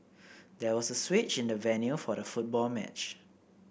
there was a switch in the venue for the football match